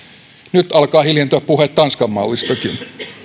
nyt alkaa hiljentyä puhe tanskan mallistakin